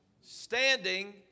standing